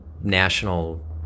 national